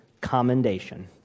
commendation